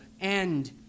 end